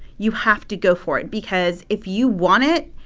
you have to go for it because if you want it,